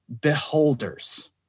Beholders